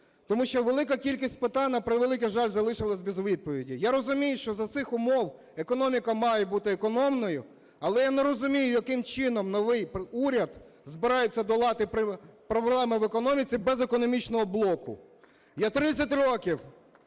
тому що велика кількість питань, на превеликий жаль, залишилась без відповіді. Я розумію, що за цих умов економіка має бути економною, але я не розумію, яким чином новий уряд збирається долати проблеми в економіці без економічного блоку. Я 30 років